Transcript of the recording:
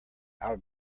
our